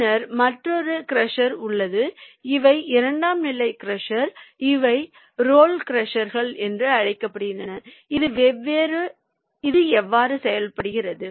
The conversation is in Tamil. பின்னர் மற்றொரு க்ரஷர் உள்ளது இவை இரண்டாம் நிலை க்ரஷர் இவை ரோல் க்ரஷர்கள் என்று அழைக்கப்படுகின்றன இது எவ்வாறு செயல்படுகிறது